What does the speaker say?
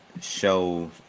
show